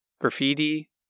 Graffiti